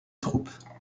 troupes